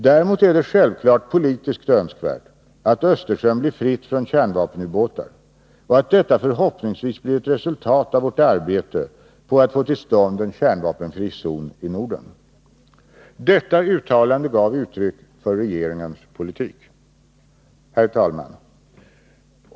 Däremot är det självfallet politiskt önskvärt att Östersjön blir fri från kärnvapenubåtar och att detta förhoppningsvis blir ett resultat av vårt arbete på att få till stånd en kärnvapenfri zon i Norden. Detta uttalande gav uttryck för regeringens politik. Herr talman!